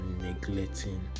neglecting